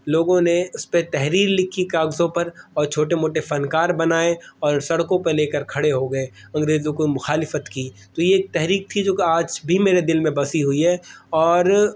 لوگوں نے اس پہ تحریر لکھی کاغذوں پر اور چھوٹے موٹے فنکار بنائے اور سڑکوں پہ لے کر کھڑے ہوگئے انگریزوں کی مخالفت کی تو یہ ایک تحریک تھی جو کہ آج بھی میرے دل میں بسی ہوئی ہے اور